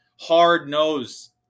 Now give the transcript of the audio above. hard-nosed